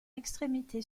extrémité